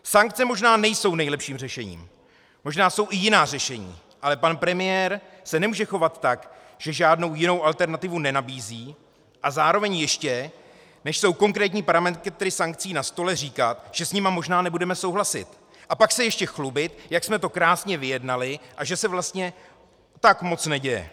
Sankce možná nejsou nejlepším řešením, možná jsou i jiná řešení, ale pan premiér se nemůže chovat tak, že žádnou jinou alternativu nenabízí, a zároveň ještě, než jsou konkrétní parametry sankcí na stole, říkat, že s nimi možná nebudeme souhlasit, a pak se ještě chlubit, jak jsme to krásně vyjednali a že se vlastně tak moc neděje.